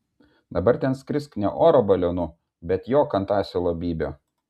dabar ten skrisk ne oro balionu bet jok ant asilo bybio